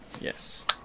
Yes